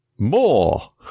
More